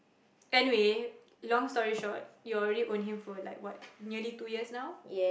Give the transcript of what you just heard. anyways long story short you already owned him for what nearly like two years